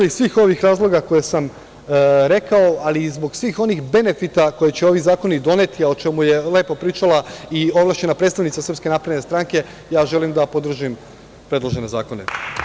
Iz svih ovih razloga koje sam rekao, ali i zbog svih onih benefita koje će ovi zakoni doneti, a o čemu je lepo pričala i ovlašćena predstavnica SNS, želim da podržim predložene zakone.